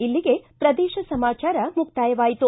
ಇಲ್ಲಿಗೆ ಪ್ರದೇಶ ಸಮಾಚಾರ ಮುಕ್ತಾಯವಾಯಿತು